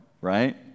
right